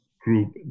group